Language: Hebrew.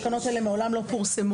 התקנות האלה מעולם לא פורסמו.